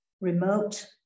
remote